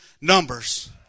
numbers